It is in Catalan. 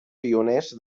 pioners